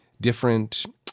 different